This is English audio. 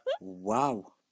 Wow